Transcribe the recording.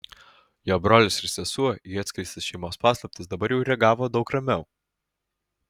jo brolis ir sesuo į atskleistas šeimos paslaptis dabar jau reagavo daug ramiau